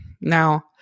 Now